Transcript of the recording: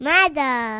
Mother